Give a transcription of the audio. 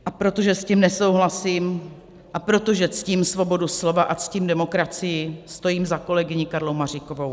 A protože s tím nesouhlasím a protože ctím svobodu slova a ctím demokracii, stojím za kolegyní Karlou Maříkovou.